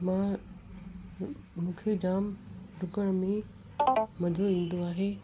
मां मूंखे जाम डुकण में मजो ईन्दो आहे